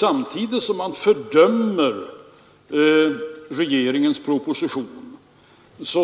Samtidigt som man bedömer regeringens proposition